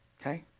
Okay